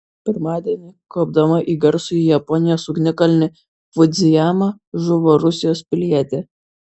pirmadienį kopdama į garsųjį japonijos ugnikalnį fudzijamą žuvo rusijos pilietė